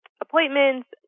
appointments